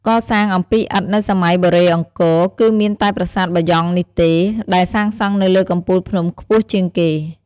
កសាងអំពីឥដ្ឋនៅសម័យបុរេអង្គរ គឺមានតែប្រាសាទបាយ៉ង់នេះទេ ដែលសាងសង់នៅលើកំពូលភ្នំខ្ពស់ជាងគេ។